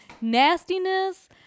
Nastiness